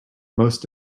most